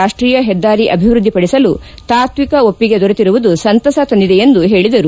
ರಾಷ್ಟೀಯ ಹೆದ್ದಾರಿ ಅಭಿವೃದ್ದಿಪಡಿಸಲು ತಾಷ್ವಿಕ ಒಪ್ಪಿಗೆ ದೊರೆತಿರುವುದು ಸಂತಸ ತಂದಿದ ಎಂದು ಹೇಳದರು